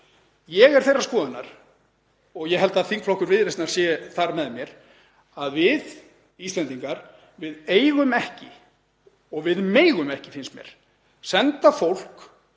Ég er þeirrar skoðunar, og ég held að þingflokkur Viðreisnar sé þar með mér, að við Íslendingar eigum ekki og við megum ekki, finnst mér, senda fólk